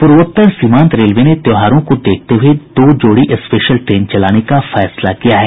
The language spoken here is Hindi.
पूर्वोत्तर सीमांत रेलवे ने त्योहारों को देखते हुये दो जोड़ी स्पेशल ट्रेन चलाने का फैसला लिया है